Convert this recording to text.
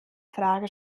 frage